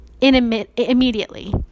Immediately